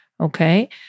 okay